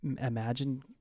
imagine